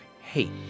hate